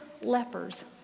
lepers